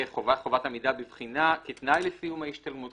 וחובת עמידה בבחינה כתנאי לסיום ההשתלמות.